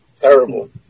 Terrible